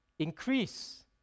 increase